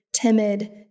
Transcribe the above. timid